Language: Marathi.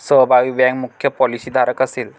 सहभागी बँक मुख्य पॉलिसीधारक असेल